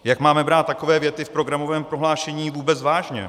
Jak máme brát takové věty v programovém prohlášení vůbec vážně?